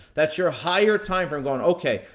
that's your higher timeframe going, okay,